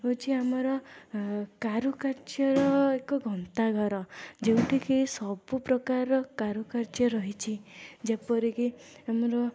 ହେଉଛି ଆମର କାରୁକାର୍ଯ୍ୟର ଏକ ଗନ୍ତାଘର ଯୋଉଁଠିକି ସବୁପ୍ରକାର କାରୁକାର୍ଯ୍ୟ ରହିଛି ଯେପରିକି ଆମର